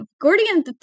Gordian